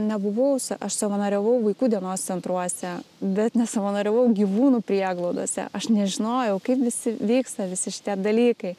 nebuvau aš savanoriavau vaikų dienos centruose bet nesavanoriavau gyvūnų prieglaudose aš nežinojau kaip visi vyksta visi šitie dalykai